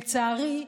לצערי,